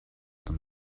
them